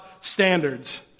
standards